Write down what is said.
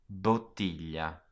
Bottiglia